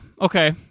Okay